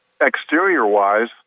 exterior-wise